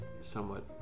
somewhat